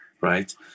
right